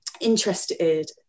interested